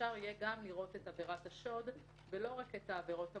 אפשר יהיה גם לראות את עבירות השוד ולא רק את העבירות המאוחרות.